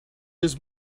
his